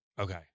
Okay